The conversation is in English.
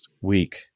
week